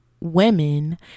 women